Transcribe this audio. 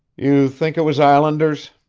you think it was islanders?